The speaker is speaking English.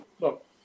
look